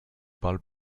parle